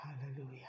hallelujah